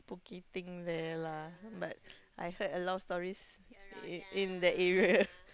spooky thing there lah but I've heard a lot of stories in in that area